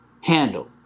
handle